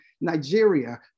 Nigeria